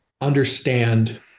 understand